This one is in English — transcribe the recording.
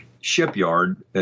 shipyard